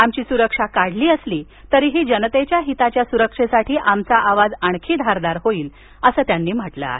आमची सुरक्षा काढली असली तरीही जनतेच्या हिताच्या सुरक्षेसाठी आमचा आवाज आणखी धारदार होईल असं त्यांनी म्हटलं आहे